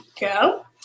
go